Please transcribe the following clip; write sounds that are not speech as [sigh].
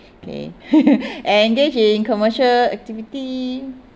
okay [laughs] engage in commercial activity